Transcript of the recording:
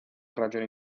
ragioni